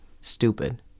stupid